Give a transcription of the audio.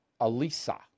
Alisa